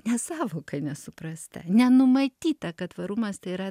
nes sąvoka nesuprasta nenumatyta kad tvarumas tai yra